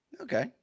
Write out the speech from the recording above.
Okay